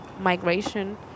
migration